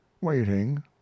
waiting